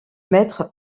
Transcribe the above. maître